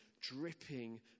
dripping